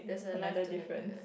another different